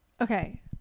Okay